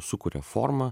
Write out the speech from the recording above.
sukuria formą